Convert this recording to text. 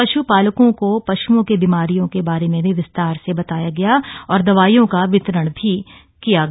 पश्पालकों को पश्ओं की बीमारियों के बारे में भी विस्तार से बताया गया और दवाइयों का वितरण किया गया